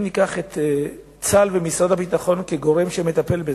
אם ניקח את צה"ל ומשרד הביטחון כגורם שמטפל בזה,